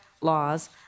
laws